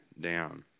down